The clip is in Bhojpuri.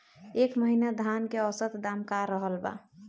एह महीना धान के औसत दाम का रहल बा?